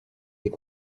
est